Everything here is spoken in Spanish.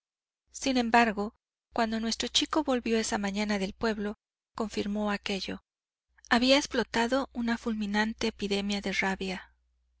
sin embargo cuando nuestro chico volvió esa mañana del pueblo confirmó aquello había explotado una fulminante epidemia de rabia